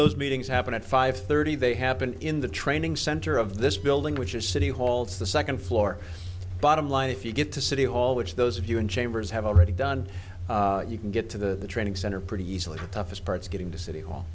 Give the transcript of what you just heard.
those meetings happen at five thirty they happen in the training center of this building which is city hall to the second floor bottom line if you get to city hall which those of you in chambers have already done you can get to the training center pretty easily the toughest parts getting to city hall